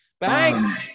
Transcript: Bang